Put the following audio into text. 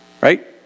Right